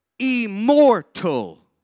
Immortal